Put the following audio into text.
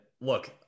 look